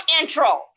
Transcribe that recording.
intro